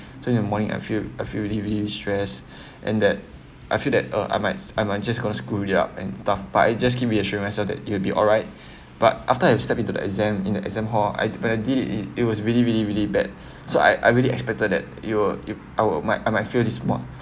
so in the morning I feel I feel already really stress and that I feel that uh I might I might just going to screw it up and stuff but I just give me assurance of that it will be alright but after I step into the exam in the exam hall I when I did it it was really really really bad so I I really expected that it'll it I'll might I might fail this muet